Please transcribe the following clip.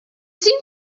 seem